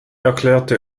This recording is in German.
erklärte